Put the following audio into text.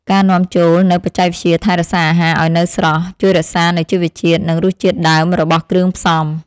ការនាំចូលនូវបច្ចេកវិទ្យាថែរក្សាអាហារឱ្យនៅស្រស់ ជួយរក្សានូវជីវជាតិនិងរសជាតិដើមរបស់គ្រឿងផ្សំ។